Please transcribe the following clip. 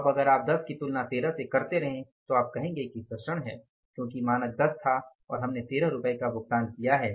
अब अगर आप १० की तुलना 13 से करते रहे तो आप कहेंगे कि विचरण है क्योंकि मानक १० था और हमने 13 रुपये का भुगतान किया है